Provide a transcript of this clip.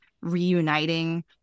reuniting